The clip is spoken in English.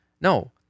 no